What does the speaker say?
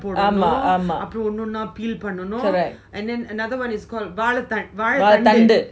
ஆமா ஆமா:ama ama correct வாழ தண்டு:vazha thandu